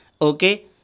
okay